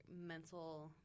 mental